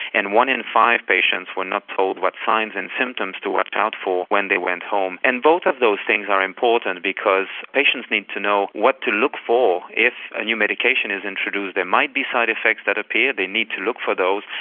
and one in five patients were not told what signs and symptoms to watch out for when they went home. and both of those things are important because patients need to know what to look for if a new medication is introduced. there might be side-effects that appear, they need to look for those,